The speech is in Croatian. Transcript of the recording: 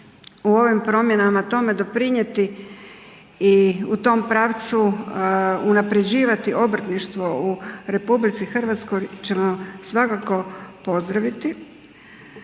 u ovim promjenama tome doprinijeti i u tom pravcu unaprjeđivati obrtništvo u RH ćemo svakako pozdraviti.